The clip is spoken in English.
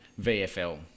VFL